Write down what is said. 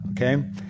okay